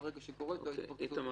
ברגע שקורה -- איתמר,